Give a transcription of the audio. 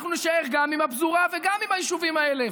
אנחנו נישאר גם עם הפזורה וגם עם היישובים האלה,